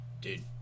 dude